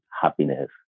happiness